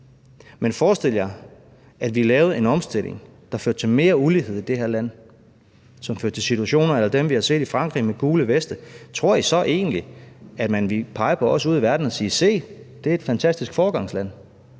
Men forestil jer, at vi lavede en omstilling, der førte til mere ulighed i det her land, som førte til situationer a la dem, vi har set i Frankrig med gule veste. Tror I så egentlig, at man ville pege på os ude i verden og sige: Se, det er et fantastisk foregangsland?